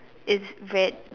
is red